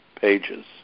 pages